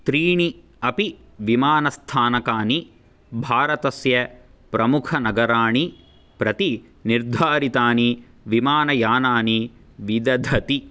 त्रीणि अपि विमानस्थानकानि भारतस्य प्रमुखनगराणि प्रति निर्धारितानि विमानयानानि विदधति